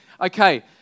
okay